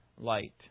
light